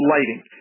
Lighting